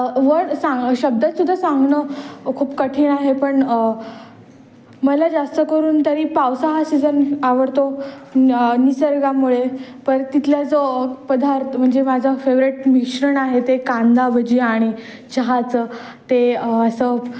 वड सांग शब्दात सुद्धा सांगणं खूप कठीण आहे पण मला जास्तकरून तरी पावसाळा हा सीजन आवडतो निसर्गामुळे परत तिथला जो पदार्थ म्हणजे माझं फेवरेट मिश्रण आहे ते कांदा भजी आणि चहाचं ते असं